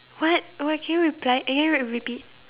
what what can you reply eh can you repeat